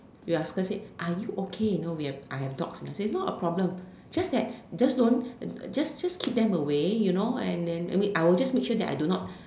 we ask her said are you okay you know we have I have dogs and I say not a problem just that just don't just just keep them away you know and then we I'll just make sure that I do not